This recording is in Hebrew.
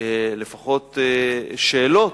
לפחות שאלות,